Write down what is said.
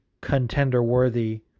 contender-worthy